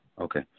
Okay